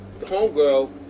homegirl